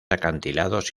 acantilados